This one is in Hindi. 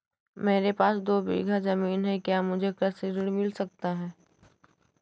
मेरे पास दो बीघा ज़मीन है क्या मुझे कृषि ऋण मिल सकता है?